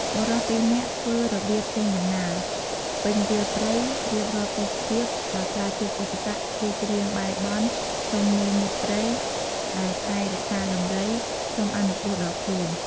បុរសពីរនាក់ធ្វើរបៀបចេញដំណើរ ពេញវាលព្រៃ រៀបរាប់ទេសភាព ។ បើខ្លាចជួបឧបសគ្គ គេច្រៀងបែរបន់ សុំមេមត់ព្រៃ ដែលថែរក្សាដំរី សុំអនុគ្រោះដល់ខ្លួន។